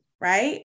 right